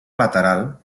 lateral